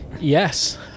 yes